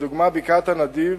לדוגמה בקעת-הנדיב,